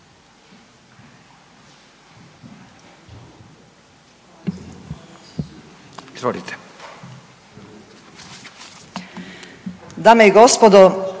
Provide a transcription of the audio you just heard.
borite.